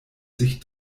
sich